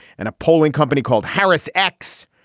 and a polling company called harris x.